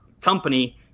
company